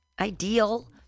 ideal